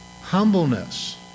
humbleness